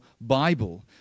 Bible